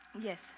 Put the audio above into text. Yes